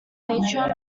patron